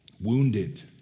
wounded